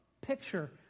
picture